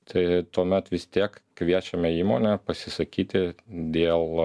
tai tuomet vis tiek kviečiame įmonę pasisakyti dėl